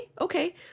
okay